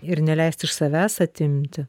ir neleist iš savęs atimti